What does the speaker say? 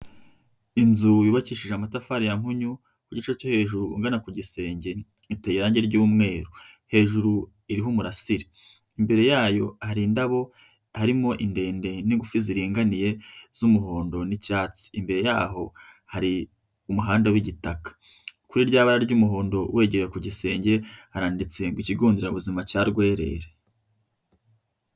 Inzu yubakishije amatafari ya nkonyu ku gice cyo hejuru ugana ku gisenge, iteye irangi ry'umweru, hejuru iriho umurasire imbere yayo hari indabo, harimo indende n'ingufi ziringaniye z'umuhondo n'icyatsi, imbere yaho hari umuhanda w'igitaka kuri rya bara ry'umuhondo wegera ku gisenge haranditse ngo ikigo nderabuzima cya Rwerere.